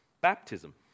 baptism